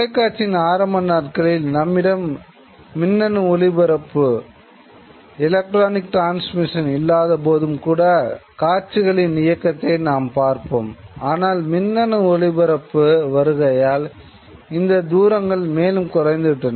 தொலைக்காட்சியின் ஆரம்ப நாட்களில் நம்மிடம் மின்னணு ஒளிபரப்பு வருகையால் இந்த தூரங்கள் மேலும் குறைந்துவிட்டன